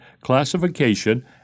classification